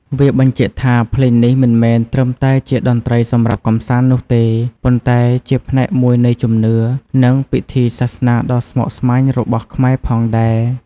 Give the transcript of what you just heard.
វាបញ្ជាក់ថា ភ្លេងនេះមិនមែនត្រឹមតែជាតន្ត្រីសម្រាប់កម្សាន្តនោះទេ ប៉ុន្តែជាផ្នែកមួយនៃជំនឿ និងពិធីសាសនាដ៏ស្មុគស្មាញរបស់ខ្មែរផងដែរ។